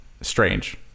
strange